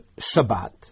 Shabbat